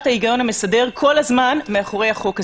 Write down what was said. ההיגיון המסדר כל הזמן מאחורי החוק הזה.